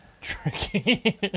tricky